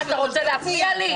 אתה רוצה להפריע לי?